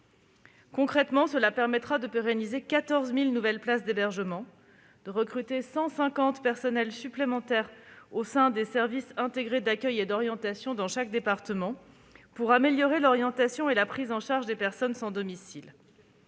Concrètement, cet effort permettra de pérenniser 14 000 nouvelles places d'hébergement et de recruter 150 personnels supplémentaires au sein des services intégrés de l'accueil et de l'orientation dans chaque département, pour améliorer l'orientation et la prise en charge des personnes sans domicile.